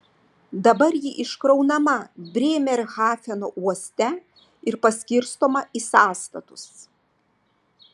dabar ji iškraunama brėmerhafeno uoste ir paskirstoma į sąstatus